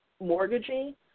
mortgaging